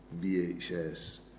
VHS